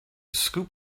scoop